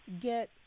get